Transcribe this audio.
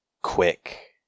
quick